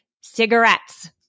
cigarettes